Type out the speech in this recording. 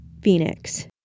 Phoenix